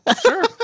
Sure